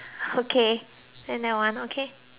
then that one okay